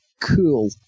cool